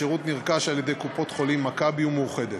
השירות נרכש על-ידי קופות-חולים "מכבי" ומאוחדת.